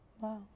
wow